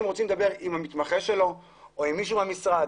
רוצים לדבר עם המתמחה שלהם או עם מישהו מהמשרד,